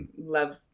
love